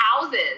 houses